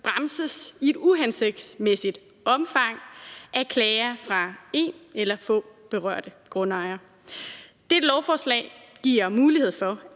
bremses i et uhensigtsmæssigt omfang af klager fra en eller få berørte grundejere. Dette lovforslag giver mulighed for,